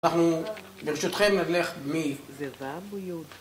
אנחנו ברשותכם נלך מ... זה רב הוא יהודי